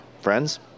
Friends